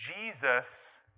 Jesus